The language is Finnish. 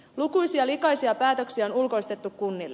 lukuisia likaisia päätöksiä on ulkoistettu kunnille